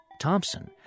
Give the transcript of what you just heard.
Thompson